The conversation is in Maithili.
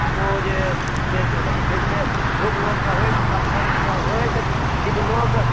आ ओ जे जे ओ छै से ध्रुव लोकसँ होइत सप्तर्षिसँ होइत शिवलोक